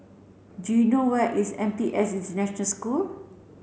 do you know where is N P S International School